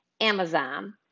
Amazon